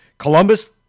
Columbus